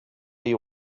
you